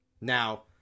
Now